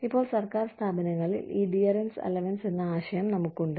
ഇപ്പോൾ സർക്കാർ സ്ഥാപനങ്ങളിൽ ഈ ഡിയർനസ് അലവൻസ് എന്ന ആശയം നമുക്കുണ്ട്